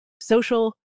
social